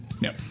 no